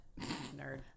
Nerd